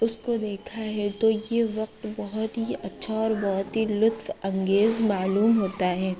اس کو دیکھا ہے تو یہ وقت بہت ہی اچھا اور بہت ہی لطف انگیز معلوم ہوتا ہے